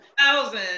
thousand